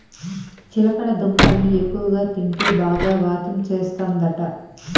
చిలకడ దుంపల్ని ఎక్కువగా తింటే బాగా వాతం చేస్తందట